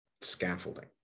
scaffolding